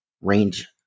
range